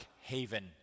haven